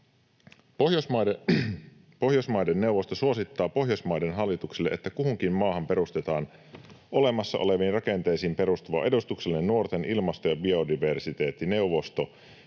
”Pohjoismaiden neuvosto suosittaa Pohjoismaiden hallituksille, että kuhunkin maahan perustetaan olemassa oleviin rakenteisiin perustuva edustuksellinen nuorten ilmasto‑ ja biodiversiteettineuvosto,